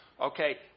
Okay